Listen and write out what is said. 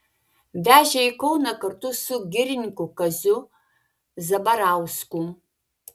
vežė į kauną kartu su girininku kaziu zabarausku